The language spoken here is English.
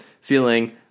feeling